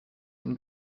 den